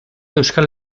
euskal